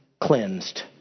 cleansed